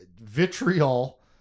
vitriol